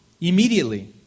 Immediately